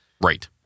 Right